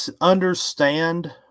understand